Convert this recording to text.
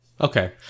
Okay